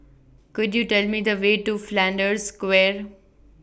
Could YOU Tell Me The Way to Flanders Square